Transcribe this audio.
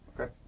Okay